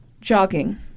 jogging